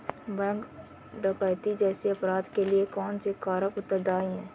Bank डकैती जैसे अपराध के लिए कौन से कारक उत्तरदाई हैं?